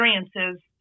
experiences